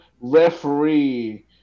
referee